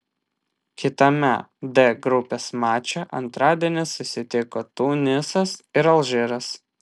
kitame d grupės mače antradienį susitiko tunisas ir alžyras